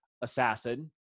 assassin